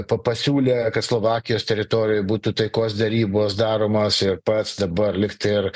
p pasiūlė kad slovakijos teritorijoj būtų taikos derybos daromos ir pats dabar lygtai ir